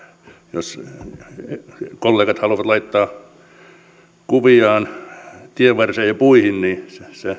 jos kollegat haluavat laittaa kuviaan tienvarsille ja puihin niin